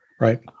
right